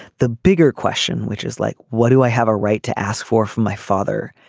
the bigger question which is like what do i have a right to ask for from my father.